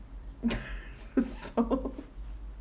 it was so